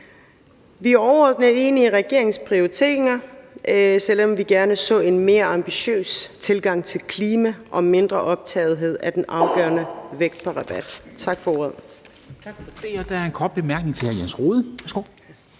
er overordnet enige i regeringens prioriteringer, selv om vi gerne så en mere ambitiøs tilgang til klima og mindre optagethed af den afgørende vægt på rabat. Tak for ordet.